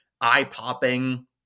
eye-popping